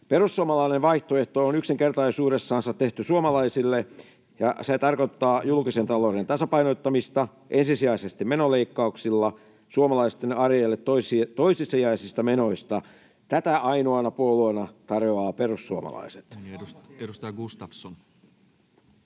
perussuomalainen vaihtoehto on yksinkertaisuudessansa tehty suomalaisille, ja se tarkoittaa julkisen talouden tasapainottamista ensisijaisesti menoleikkauksilla suomalaisten arjelle toissijaisista menoista. Tätä ainoana puolueena tarjoaa Perussuomalaiset. [Ville Tavio: